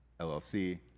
LLC